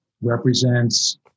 represents